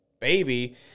baby